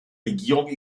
regierung